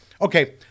Okay